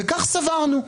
וכך סברנו.